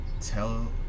tell